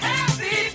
Happy